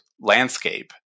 landscape